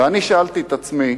ואני שאלתי את עצמי,